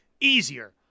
easier